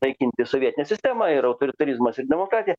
naikinti sovietinę sistemą ir autoritarizmas ir demokratija